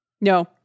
No